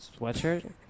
sweatshirt